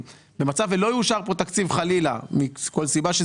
יאושר תקציב מכל סיבה שהיא,